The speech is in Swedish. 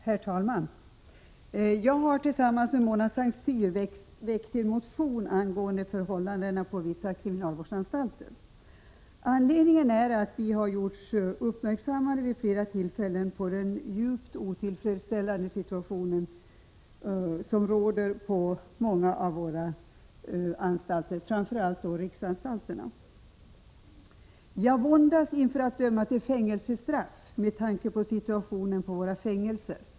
Herr talman! Jag har tillsammans med Mona Saint Cyr väckt en motion angående förhållandena på vissa kriminalvårdsanstalter. Anledningen är att vi vid ett antal tillfällen uppmärksammats på de djupt otillfredsställande förhållanden som råder på många av våra anstalter, framför allt riksanstalterna. ”Jag våndas inför att döma till fängelsestraff med tanke på situationen på våra fängelser”.